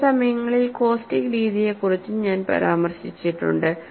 ചില സമയങ്ങളിൽ കോസ്റ്റിക് രീതിയെക്കുറിച്ചും ഞാൻ പരാമർശിച്ചിട്ടുണ്ട്